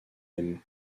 mêmes